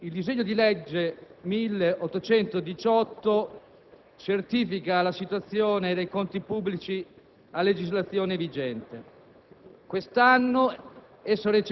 Onorevoli colleghi, il disegno di legge n. 1818 certifica la situazione dei conti pubblici a legislazione vigente.